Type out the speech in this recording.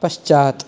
पश्चात्